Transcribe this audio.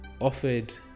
offered